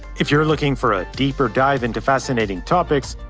if you're looking for a deeper dive into fascinating topics,